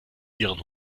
ihren